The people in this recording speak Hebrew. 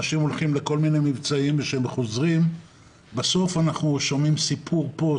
אנשים הולכים לכל מיני מבצעים וכשהם חוזרים בסוף אנחנו שומעים סיפור פה,